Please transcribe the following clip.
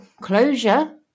closure